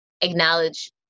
acknowledge